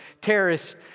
terrorists